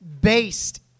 based